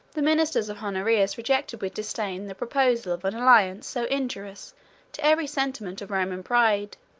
the ministers of honorius rejected with disdain the proposal of an alliance so injurious to every sentiment of roman pride